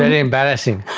and embarrassing!